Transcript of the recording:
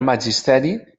magisteri